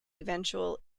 eventual